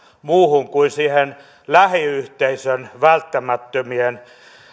muuhun kuin siihen lähiyhteisön välttämättömien